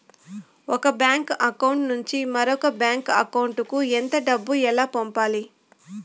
ఒక bank account నుంచి మరొక బ్యాంకు అకౌంట్ కు ఎంత డబ్బు ఎలా పంపాలి